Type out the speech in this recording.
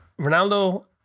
Ronaldo